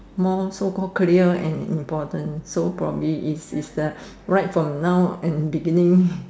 more so call clear and important so probably is is the right from now and beginning